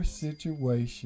situation